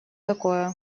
такое